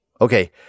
Okay